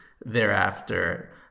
thereafter